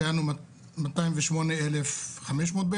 תשפ"א שהיה לנו 208,500 בערך,